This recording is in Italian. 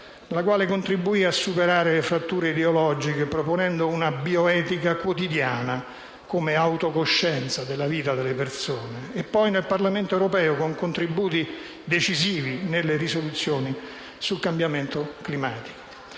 nella quale contribuì a superare fratture ideologiche, proponendo una bioetica quotidiana, come autocoscienza della vita delle persone - e nel Parlamento europeo, con contributi decisivi per le risoluzioni sul cambiamento climatico.